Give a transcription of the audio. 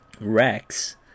Rex